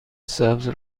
سبز